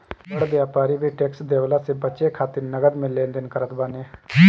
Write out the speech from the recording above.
बड़ व्यापारी भी टेक्स देवला से बचे खातिर नगद में लेन देन करत बाने